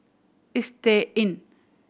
Istay Inn